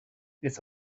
its